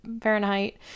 Fahrenheit